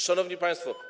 Szanowni Państwo!